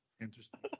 Interesting